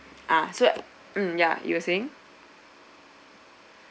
ah so mm ya you were saying